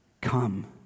come